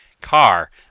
car